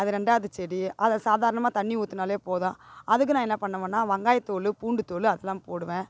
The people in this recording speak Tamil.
அது ரெண்டாவது செடி அதை சாதாரணமா தண்ணி ஊற்றுனாலே போதும் அதுக்கும் நான் என்ன பண்ணுவன்னா வெங்காயத்தோல் பூண்டுத்தோல் அதெலாம் போடுவேன்